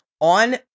on